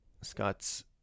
Scott's